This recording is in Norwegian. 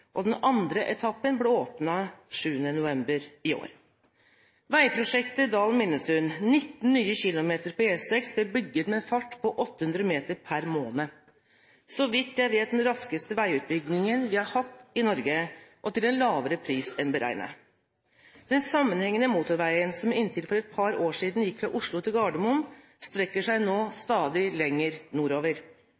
bygget med en fart på 800 m per måned – så vidt jeg vet, den raskeste veiutbyggingen vi har hatt i Norge, og til en lavere pris enn beregnet. Den sammenhengende motorveien som inntil for et par år siden gikk fra Oslo til Gardermoen, strekker seg nå